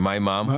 בנוסף,